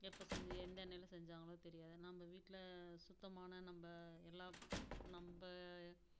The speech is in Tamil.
எப்போ செஞ்ச எந்த எண்ணெயில் செஞ்சாங்களோ தெரியாது நம்ம வீட்டில் சுத்தமான நம்ம எல்லா நம்ம